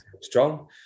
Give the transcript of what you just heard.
strong